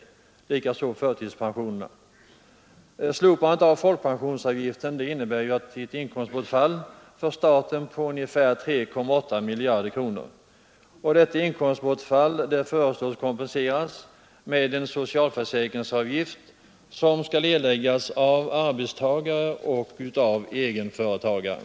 Det gäller även förtidspensionärer. Slopandet av folkpensionsavgiften medför ett inkomstbortfall för staten på ungefär 3,8 miljarder kronor. Detta inkomstbortfall föreslås kompenserat med en socialförsäkringsavgift som skall erläggas av arbetsgivare och egenföretagare.